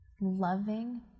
loving